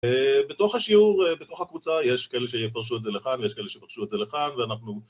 בתוך השיעור, בתוך הקבוצה, יש כאלה שיפרשו את זה לכאן ויש כאלה שיפרשו את זה לכאן ואנחנו...